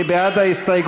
מי בעד ההסתייגות?